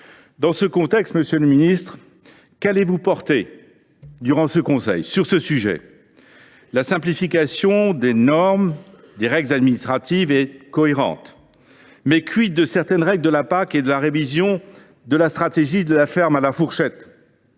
Dans ce contexte, monsieur le ministre, quelles mesures allez vous porter en matière agricole durant ce Conseil ? La simplification des normes et des règles administratives est cohérente, mais de certaines règles de la PAC et de la révision de la stratégie « de la ferme à la fourchette